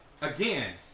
Again